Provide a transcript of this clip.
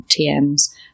TM's